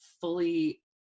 fully